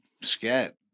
scat